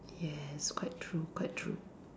yes quite true quite true